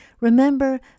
remember